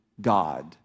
God